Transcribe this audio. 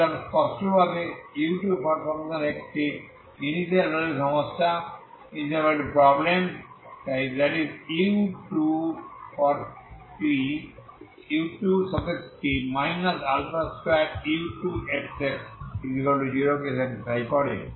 সুতরাং স্পষ্টভাবে u2xt initial value সমস্যা u2t 2u2xx0 কে স্যাটিসফাই satisfyকরে